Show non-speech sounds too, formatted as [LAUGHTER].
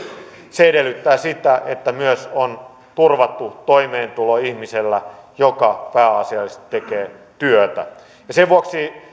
se edellyttää sitä että myös on turvattu toimeentulo ihmisellä joka pääasiallisesti tekee työtä sen vuoksi [UNINTELLIGIBLE]